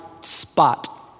spot